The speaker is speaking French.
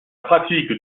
pratique